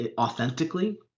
authentically